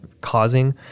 causing